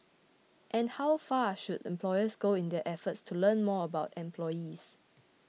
and how far should employers go in their efforts to learn more about employees